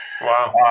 Wow